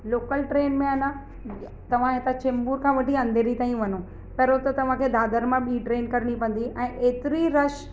local train में आहे न तव्हां हितां चेंबूर खां वठी अंधेरी ताईं वञो पहिरों त तव्हांखे दादर मां ॿीं ट्रेन करिणी पवंदी ऐं एतिरी रश